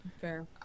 Fair